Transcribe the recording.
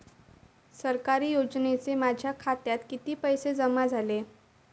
सरकारी योजनेचे माझ्या खात्यात किती पैसे जमा झाले?